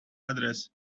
address